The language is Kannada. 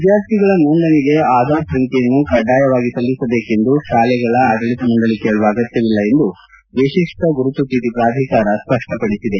ವಿದ್ಯಾರ್ಥಿಗಳ ನೋಂದಣಿಗೆ ಆಧಾರ್ ಸಂಖ್ಯೆಯನ್ನು ಕಡ್ವಾಯವಾಗಿ ಸಲ್ಲಿಸಬೇಕೆಂದು ಶಾಲೆಗಳ ಆಡಳಿತ ಮಂಡಳಿ ಕೇಳುವ ಅಗತ್ಯವಿಲ್ಲ ಎಂದು ವಿಶಿಷ್ಟ ಗುರುತು ಚೀಟಿ ಪ್ರಾಧಿಕಾರ ಸ್ಪಷ್ಟಪಡಿಸಿದೆ